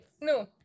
no